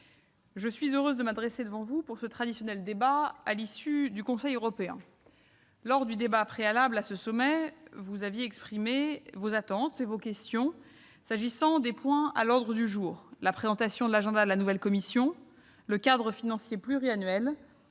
je suis heureuse de m'adresser à vous pour le traditionnel débat que nous tenons à l'issue des conseils européens. Lors du débat préalable à ce sommet, vous aviez exprimé vos attentes et posé des questions relatives aux différents points à l'ordre du jour : la présentation de l'agenda de la nouvelle Commission, le cadre financier pluriannuel,